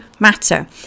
matter